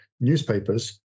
newspapers